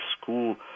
school